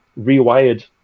rewired